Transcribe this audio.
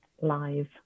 live